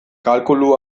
kalkulu